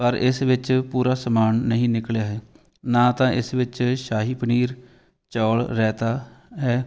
ਪਰ ਇਸ ਵਿੱਚ ਪੂਰਾ ਸਮਾਨ ਨਹੀਂ ਨਿਕਲਿਆ ਹੈ ਨਾ ਤਾਂ ਇਸ ਵਿੱਚ ਸ਼ਾਹੀ ਪਨੀਰ ਚੌਲ ਰਾਇਤਾ ਹੈ